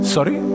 Sorry